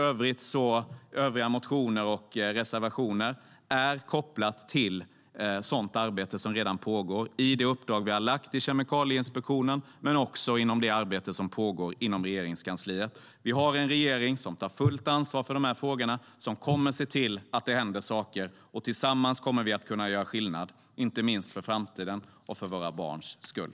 Övriga motioner och reservationer är kopplade till sådant arbete som redan pågår i det uppdrag som vi har gett till Kemikalieinspektionen men också det arbete som pågår inom Regeringskansliet. Vi har en regering som tar fullt ansvar för dessa frågor och som kommer att se till att det händer saker. Tillsammans kommer vi att kunna göra skillnad inte minst för framtiden och för våra barns skull.